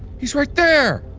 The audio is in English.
he's right there!